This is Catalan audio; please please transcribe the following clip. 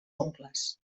oncles